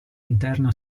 interno